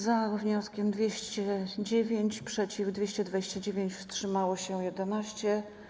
Za - 209, przeciw - 229, wstrzymało się 11.